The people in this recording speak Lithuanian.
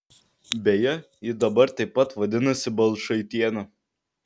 beje ji dabar taip pat vadinasi balčaitiene